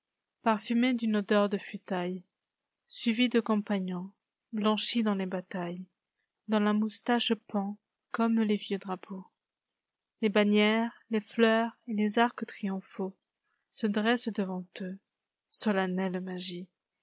parfumés d'une odeur de futailles suiis de compagnons blanchis dans les batailles dont la moustache pend comme les vieux drapeaux les bannières les fleurs et les arcs triomphaux se dressent devant eux solennelle magie